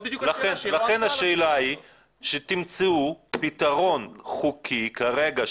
לכן הבקשה היא שתמצאו פתרון חוקי כרגע,